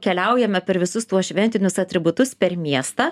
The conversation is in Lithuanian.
keliaujame per visus tuos šventinius atributus per miestą